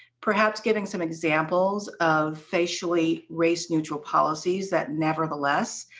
perhaps giving some examples of facially race neutral policies that nevertheless,